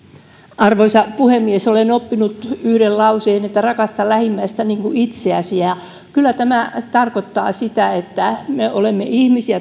arvoisa puhemies olen oppinut yhden lauseen että rakasta lähimmäistä niin kuin itseäsi ja kyllä tämä tarkoittaa sitä että me olemme